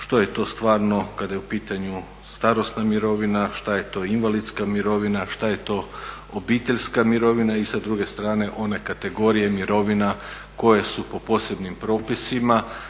što je to stvarno kada je u pitanju starosna mirovina, što je to invalidska mirovina, što je to obiteljska mirovina i sa druge strane one kategorije mirovina koje su po posebnim propisima.